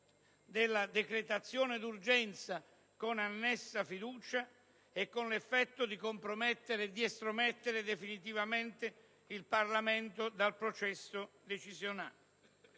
della decretazione d'urgenza con annessa fiducia, con l'effetto di compromettere ed estromettere definitivamente il Parlamento dal processo decisionale.